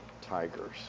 Tigers